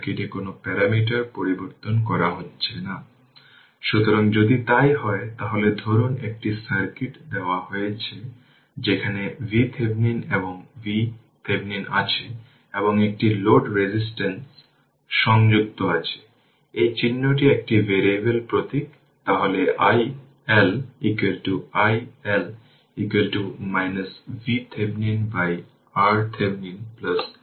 এটি RThevenin এটি নর্টনের জন্য ওপেন সার্কিট এটি শুধুমাত্র থেভেনিন এবং নর্টনের পক্ষে দেখানোর জন্য শর্ট সার্কিট এবং তারপর এই দুটি সার্কিটের দিকে তাকানো এটি VThevenin এর জন্য এবং এটি V Norton এর জন্য তারপর সবকিছু ব্যাখ্যা করা হয়েছে